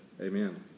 Amen